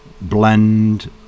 blend